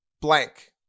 blank